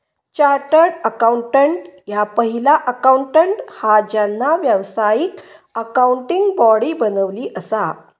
chartered accountant ह्या पहिला accountant हा ज्यांना व्यावसायिक अकाउंटिंग बॉडी बनवली असा